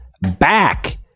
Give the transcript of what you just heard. back